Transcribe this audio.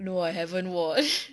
no I haven't watch